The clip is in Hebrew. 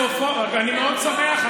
אני מאוד שמח.